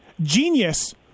Genius